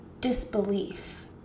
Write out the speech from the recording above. disbelief